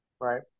Right